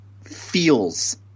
feels